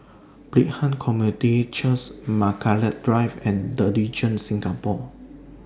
Brighton Community Church's Margaret Drive and The Regent Singapore